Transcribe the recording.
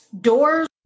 Doors